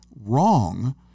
wrong